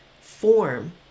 form